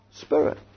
Spirit